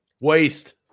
waste